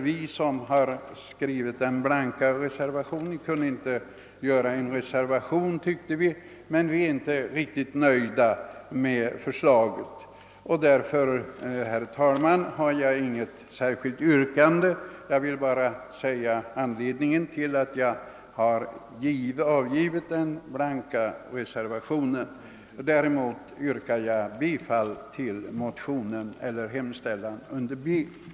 Vi som nu avgivit den blanka reservationen vid utskottets hemställan under A ansåg inte att vi kunde skriva en motiverad reservation, men vi är inte nöjda med utskottets förslag. Jag har alltså inget särskilt yrkande utan har endast velat redovisa bakgrunden till den blanka reservationen. Vad däremot beträffar utskottets hemställan under B yrkar jag bifall till reservationen av herr Lundberg m.fl.